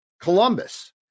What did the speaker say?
Columbus